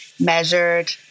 measured